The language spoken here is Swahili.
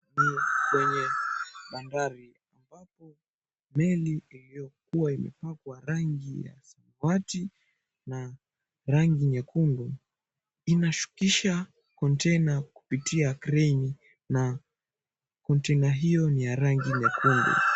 Ni kwenye bandari ambapo meli iliyokuwa imepakwa rangi ya samawati na rangi nyekundu inashukisha konteina kupitia kreni na konteina hiyo ni ya rangi nyekundu.